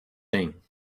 thing